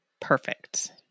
perfect